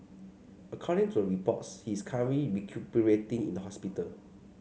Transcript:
according to the reports he is currently recuperating in the hospital